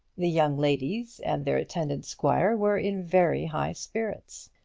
the young ladies and their attendant squire were in very high spirits.